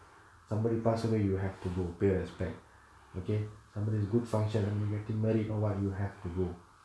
somebody pass away you have to go pay respect okay somebody's good function somebody geting married or what you have to go